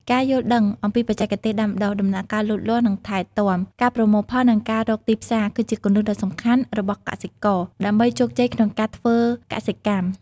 ការយល់ដឹងអំពីបច្ចេកទេសដាំដុះ ដំណាក់កាលលូតលាស់ ការថែទាំ ការប្រមូលផល និងការរកទីផ្សារ គឺជាគន្លឹះដ៏សំខាន់របស់កសិករ ដើម្បីជោគជ័យក្នុងការធ្វើកសិកម្ម។